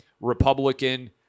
Republican